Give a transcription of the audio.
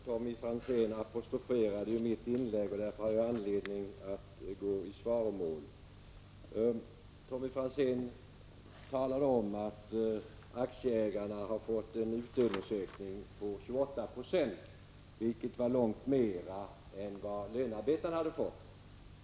Herr talman! Tommy Franzén apostroferade mitt inlägg. Därför har jag anledning att gå i svaromål. Tommy Franzén talade om att aktieägarna har fått en utdelningsökning på 28 Ye, vilket var långt mer än vad lönearbetarna hade fått.